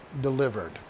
delivered